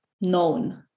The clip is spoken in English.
known